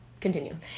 Continue